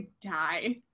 die